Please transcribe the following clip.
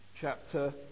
chapter